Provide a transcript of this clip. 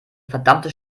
verdammte